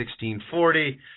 1640